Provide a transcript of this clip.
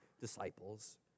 disciples